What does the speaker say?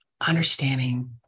understanding